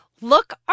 look